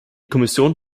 kommission